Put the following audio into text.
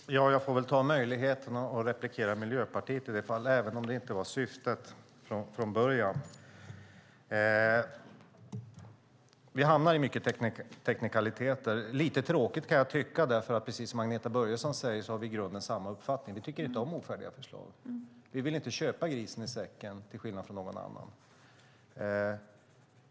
Fru talman! Jag får väl ta möjligheten att replikera Miljöpartiet, även om det inte var syftet från början. Vi hamnar i mycket teknikaliteter. Lite tråkigt, kan jag tycka, därför att vi, precis som Agneta Börjesson säger, i grunden har samma uppfattning. Vi tycker inte om ofärdiga förslag. Vi vill inte köpa grisen i säcken, till skillnad från någon annan.